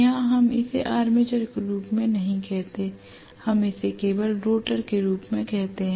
यहां हम इसे आर्मेचर के रूप में नहीं कहते हैं हम इसे केवल रोटर के रूप में कहते हैं